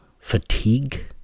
fatigue